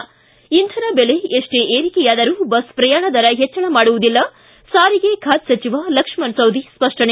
ಿ ಇಂಧನ ದೆಲೆ ಎಷ್ಟೇ ಏರಿಕೆಯಾದರೂ ಬಸ್ ಶ್ರಯಾಣ ದರ ಹೆಚ್ಚಳ ಮಾಡುವುದಿಲ್ಲ ಸಾರಿಗೆ ಖಾತೆ ಸಚಿವ ಲಕ್ಷಣ ಸವದಿ ಸ್ಪಷ್ಟನೆ